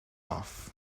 off